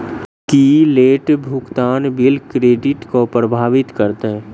की late भुगतान bill credit केँ प्रभावित करतै?